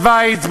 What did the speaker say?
שווייץ,